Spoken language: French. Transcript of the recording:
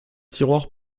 tiroir